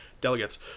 delegates